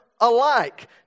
alike